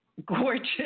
Gorgeous